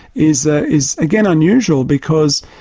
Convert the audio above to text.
is ah is again unusual because,